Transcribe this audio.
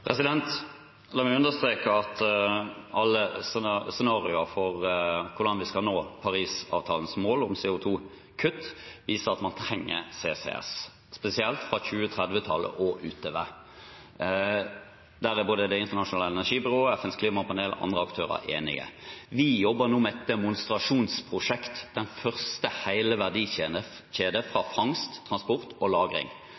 La meg understreke at alle scenarioer for hvordan vi skal nå Parisavtalens mål om CO 2 -kutt, viser at man trenger CCS, spesielt fra 2030-tallet og utover. Der er både Det internasjonale energibyrået, FNs klimapanel og andre aktører enige. Vi jobber nå med et demonstrasjonsprosjekt, den første hele verdikjede